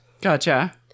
Gotcha